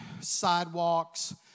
sidewalks